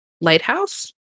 lighthouse